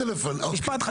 משפט,